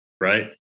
Right